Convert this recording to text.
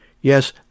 Yes